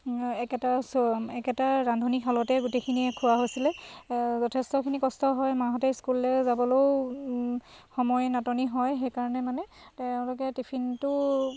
একেটা একেটা ৰান্ধনীশালতে গোটেইখিনি খোৱা হৈছিলে যথেষ্টখিনি কষ্ট হয় মাহঁতে স্কুললৈ যাবলৈও সময় নাটনি হয় সেইকাৰণে মানে তেওঁলোকে টিফিনটো